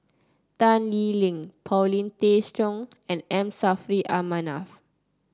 Tan Lee Leng Paulin Tay Straughan and M Saffri A Manaf